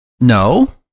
No